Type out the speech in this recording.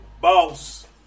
boss